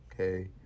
okay